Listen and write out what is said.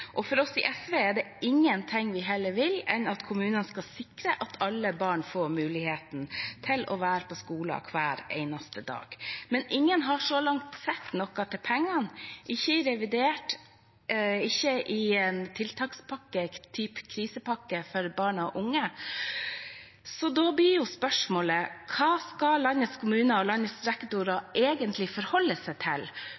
SV er det ingenting vi heller vil enn at kommunene skal sikre at alle barn får muligheten til å være på skolen hver eneste dag. Men ingen har så langt sett noe til pengene – ikke i revidert, ikke i tiltakspakker eller krisepakker for barn og unge. Så da blir spørsmålet: Hva skal landets kommuner og landets rektorer